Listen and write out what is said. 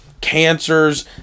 Cancers